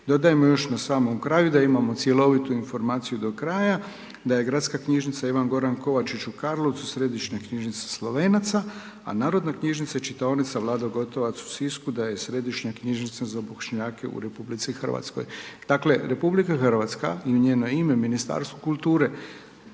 Dodajmo još na samom kraju da imamo cjelovitu informaciju do kraja da je Gradska knjižnica Ivan Goran Kovačić u Karlovcu središnja knjižnica Slovenaca a Narodna knjižnica i čitaonica Vlado Gotovac u Sisku da je središnja knjižnica za Bošnjake u RH. Dakle RH i u njeno ime Ministarstvo kulture